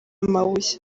amabuye